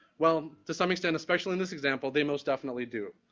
well, to some extent, especially in this example, they most definitely do.